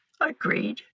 agreed